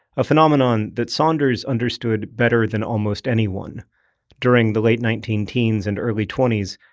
a phenomenon that saunders understood better than almost anyone during the late nineteen teens and early twenty s,